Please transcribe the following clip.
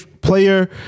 player